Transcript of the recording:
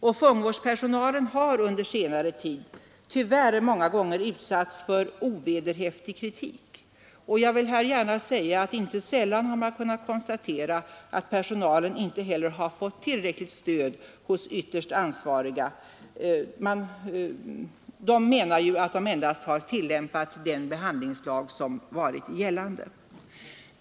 Och fångvårdspersonalen har under senare tid tyvärr många gånger utsatts för ovederhäftig kritik. Inte sällan har man kunnat konstatera att personalen inte heller har fått tillräckligt stöd hos de ytterst ansvariga. Personalen menar att den endast har tillämpat den behandlingslag som varit gällande.